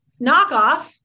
knockoff